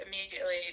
immediately